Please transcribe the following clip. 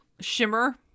shimmer